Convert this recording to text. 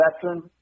veteran